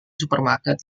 supermarket